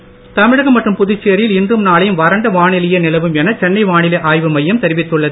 வானிலை தமிழகம் மற்றும் புதுச்சேரியில் இன்றும்நாளையும் வறண்ட வானிலையே நிலவும் என சென்னை வானிலை ஆய்வு மையம் தெரிவித்துள்ளது